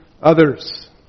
others